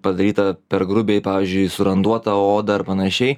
padaryta per grubiai pavyzdžiui su randuota oda ar panašiai